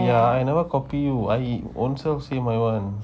ya I never copy you ah he ownself same my one